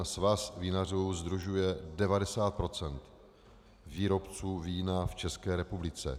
Svaz vinařů sdružuje 90 procent výrobců vína v České republice.